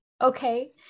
Okay